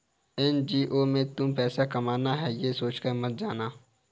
NGO में तुम पैसा कमाना है, ये सोचकर मत जाना